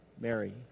Mary